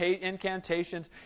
incantations